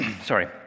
sorry